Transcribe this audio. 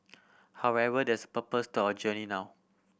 however there's a purpose to our journey now